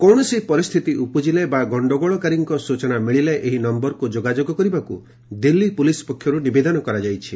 କୌଣସି ପରିସ୍ଥିତି ଉପୁଜିଲେ ବା ଗଣ୍ଡଗୋଳକାରୀଙ୍କ ସୂଚନା ମିଳିଲେ ଏହି ନମ୍ଘରକୁ ଯୋଗାଯୋଗ କରିବାକୁ ଦିଲ୍ଲୀ ପୁଲିସ୍ ପକ୍ଷରୁ ନିବେଦନ କରାଯାଇଛି